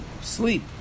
sleep